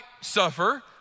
suffer